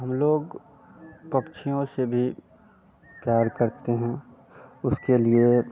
हम लोग पक्षियों से भी प्यार करते हैं उसके लिए